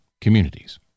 communities